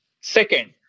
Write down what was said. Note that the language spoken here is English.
Second